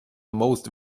most